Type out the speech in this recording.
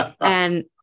And-